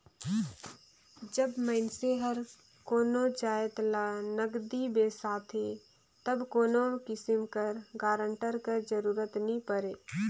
जब मइनसे हर कोनो जाएत ल नगदी बेसाथे तब कोनो किसिम कर गारंटर कर जरूरत नी परे